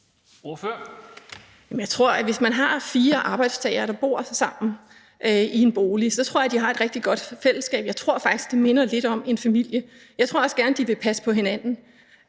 Bank (V): Hvis man har fire arbejdstagere, der bor sammen i en bolig, tror jeg, de har et rigtig godt fællesskab. Jeg tror faktisk, det minder lidt om en familie. Jeg tror også, de gerne vil passe på hinanden.